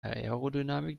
aerodynamik